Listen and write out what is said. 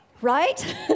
Right